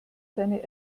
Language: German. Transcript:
seine